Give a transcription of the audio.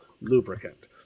lubricant